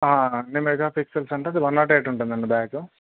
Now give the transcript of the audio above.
ఎన్ని megapixels అంటే అది వన్ నాట్ ఎయిట్ ఉంటుందండి బ్యాకు